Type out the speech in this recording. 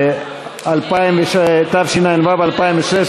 התשע"ו 2016,